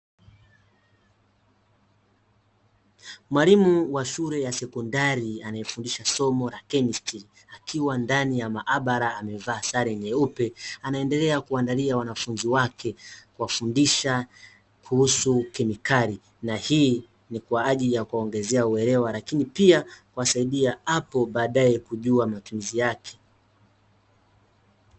Mwalimu wa shule ya sekondari anaye fundisha somo la kemistri akiwa ndani ya mahabara amevaa sare yeupe anaendelea kuwaandalia wanafunzi wake kuwafundisha kuhusu kemikali na hii ni kwajili ya kuwaongezea uelewa lakini pia kuwasaidia hapo baadae kujua matumizi yake.